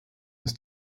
ist